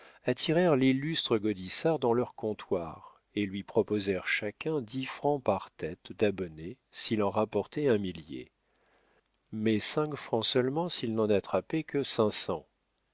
attirèrent l'illustre gaudissart dans leurs comptoirs et lui proposèrent chacun dix francs par tête d'abonné s'il en rapportait un millier mais cinq francs seulement s'il n'en attrapait que